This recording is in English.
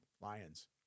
lions